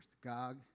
Gog